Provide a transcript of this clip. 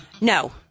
No